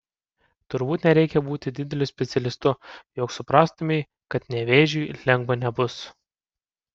turbūt nereikia būti dideliu specialistu jog suprastumei kad nevėžiui lengva nebus